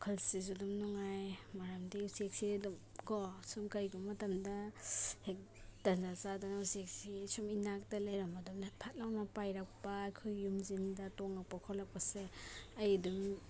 ꯋꯥꯈꯜꯁꯤꯁꯨ ꯑꯗꯨꯝ ꯅꯨꯡꯉꯥꯏ ꯃꯔꯝꯗꯤ ꯎꯆꯦꯛꯁꯦ ꯑꯗꯨꯝꯀꯣ ꯁꯨꯝ ꯀꯩꯒꯨꯝꯕ ꯃꯇꯝꯗ ꯍꯦꯛ ꯇꯟꯖꯥ ꯆꯥꯗꯅ ꯎꯆꯦꯛꯁꯤ ꯁꯨꯝ ꯏꯅꯥꯛꯇ ꯂꯩꯔꯝꯕꯗꯧꯅ ꯐꯠ ꯂꯥꯎꯅ ꯄꯥꯏꯔꯛꯄ ꯑꯩꯈꯣꯏ ꯌꯨꯝꯁꯤꯡꯗ ꯇꯣꯡꯉꯛꯄ ꯈꯣꯂꯛꯄꯁꯦ ꯑꯩ ꯑꯗꯨꯝ